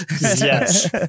Yes